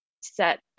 set